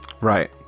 right